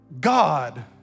God